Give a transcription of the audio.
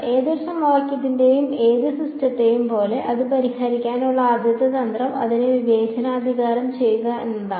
ഏതൊരു സമവാക്യത്തിന്റെയും ഏത് സിസ്റ്റത്തെയും പോലെ അത് പരിഹരിക്കാനുള്ള ആദ്യത്തെ തന്ത്രം അതിനെ വിവേചനാധികാരം ചെയ്യുക എന്നതാണ്